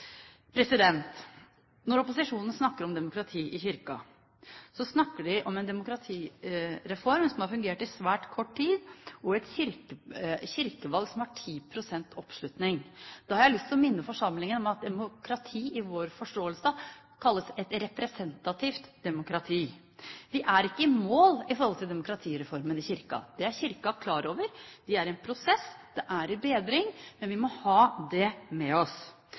Når opposisjonen snakker om demokrati i Kirken, snakker de om en demokratireform som har fungert i svært kort tid, og et kirkevalg som har 10 pst. oppslutning. Da har jeg lyst til å minne forsamlingen om at et demokrati i vår forståelse kalles et representativt demokrati. Vi er ikke i mål når det gjelder demokratireformen i Kirken. Det er Kirken klar over – de er i en prosess, det er i bedring, men vi må ha det med oss.